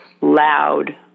loud